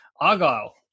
Argyle